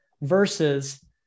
versus